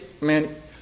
man